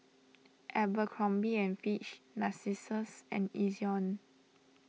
Abercrombie and Fitch Narcissus and Ezion